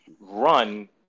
run